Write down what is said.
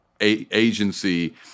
agency